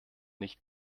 nicht